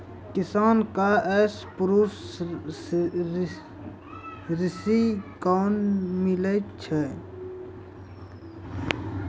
किसान कऽ पसु ऋण कोना मिलै छै?